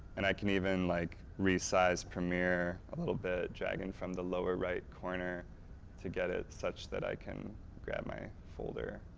and i can even like, resize premiere a little bit, dragging form the lower-right corner to get it such that i can grab my folder.